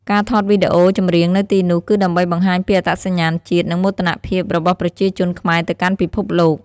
ការថតវីដេអូចម្រៀងនៅទីនោះ គឺដើម្បីបង្ហាញពីអត្តសញ្ញាណជាតិ និងមោទនភាពរបស់ប្រជាជនខ្មែរទៅកាន់ពិភពលោក។